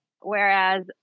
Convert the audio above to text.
Whereas